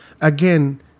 again